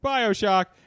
Bioshock